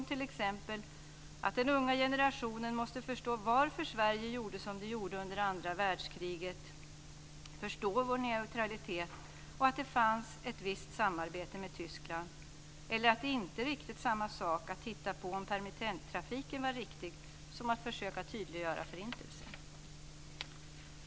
Ett exempel är att "den unga generationen måste förstå varför Sverige gjorde som det gjorde under andra världskriget, förstå vår neutralitet och att det fanns ett visst samarbete med Tyskland". Ett annat exempel är att "det inte riktigt är samma sak att titta på om permittenttrafiken var riktig som att försöka tydliggöra Förintelsen".